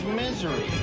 misery